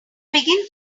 begin